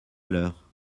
l’heure